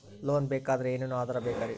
Loan ಬೇಕಾದ್ರೆ ಏನೇನು ಆಧಾರ ಬೇಕರಿ?